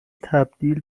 تبدیل